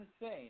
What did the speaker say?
insane